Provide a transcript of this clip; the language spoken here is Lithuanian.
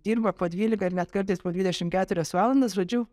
dirba po dvyliką ir net kartais po dvidešimt keturias valandas žodžiu